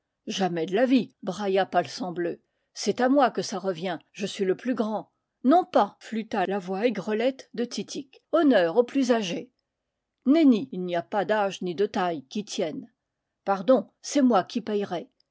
jamais de la vie brailla palsambleu c'est à moi que ça revient je suis le plus grand non pas flûta la voix aigrelette de titik honneur au plus âgé nenni il n'y a pas d'âge ni de taille qui tienne pardon c'est moi qui payerai